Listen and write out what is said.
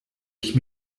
ich